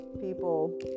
people